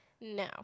No